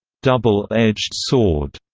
double-edged sword,